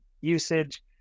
usage